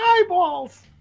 eyeballs